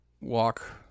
walk